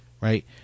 right